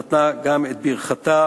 שנתנה את ברכתה